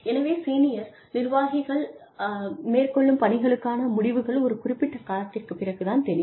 எனவே சீனியர் நிர்வாகிகள் மேற்கொள்ளும் பணிகளுக்கான முடிவுகள் ஒரு குறிப்பிட்ட காலத்திற்குப் பிறகு தான் தெரியும்